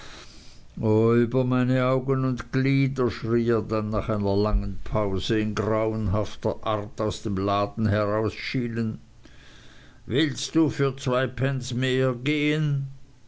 o meine augen ünd glieder schrie er dann nach einer langen pause in grauenhafter art aus dem laden herausschielend willst du für zwei pence mehr gehen